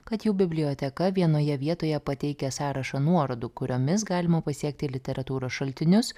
kad jų biblioteka vienoje vietoje pateikia sąrašą nuorodų kuriomis galima pasiekti literatūros šaltinius